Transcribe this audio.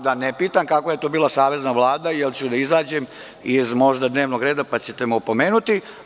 Da ne pitam kakva je to bila Savezna vlada, jer ću možda da izađem iz dnevnog reda, pa ćete me opomenuti.